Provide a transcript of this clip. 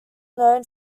known